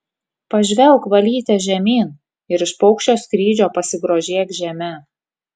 pažvelk valyte žemyn ir iš paukščio skrydžio pasigrožėk žeme